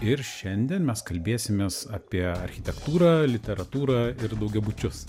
ir šiandien mes kalbėsimės apie architektūrą literatūrą ir daugiabučius